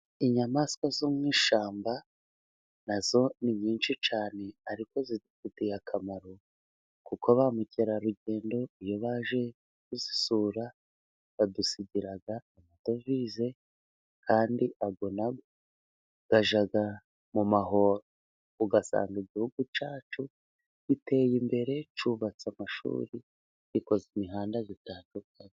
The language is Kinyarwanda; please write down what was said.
Inyamaswa zo mu ishyamba na zo ni nyinshi cyane, ariko zidufitiye akamaro kuko ba mukerarugendo iyo baje kuzisura, badusigira amadovize. Kandi ayo na yo ajya mu mahoro, ugasanga Igihugu cyacu giteye imbere cyubatse amashuri, gikoze imihanda itandukanye.